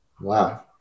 Wow